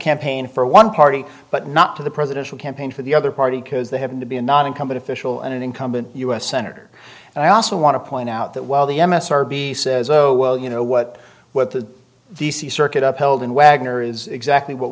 campaign for one party but not to the presidential campaign for the other party because they had to be a non incumbent official and an incumbent u s senator and i also want to point out that while the m s r be says oh well you know what what the the circuit up held in wagner is exactly what